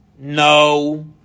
No